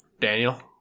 Daniel